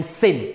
sin